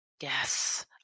Yes